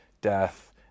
death